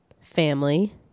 Family